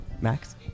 Max